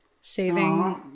Saving